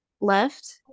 left